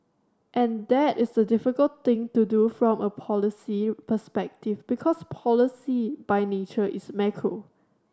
and that is the very difficult thing to do from a policy perspective because policy by nature is macro